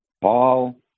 Paul